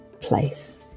place